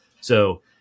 So-